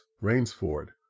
Rainsford